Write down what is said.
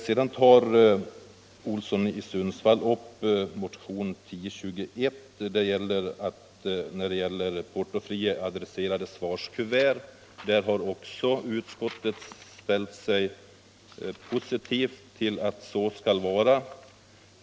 Sedan tog herr Olsson i Sundsvall upp motionen 1021 om portofria adresserade svarskuvert. Utskottet har också där ställt sig positivt.